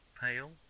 pale